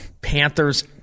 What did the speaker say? Panthers